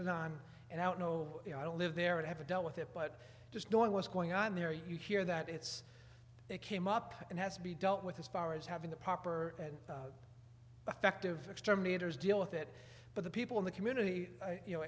it on and i don't know you know i don't live there ever dealt with it but just knowing what's going on there you hear that it's they came up and has to be dealt with as far as having the proper and effective exterminators deal with it but the people in the community you know